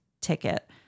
ticket